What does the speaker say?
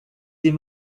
des